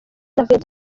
vincent